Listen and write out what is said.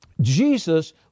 Jesus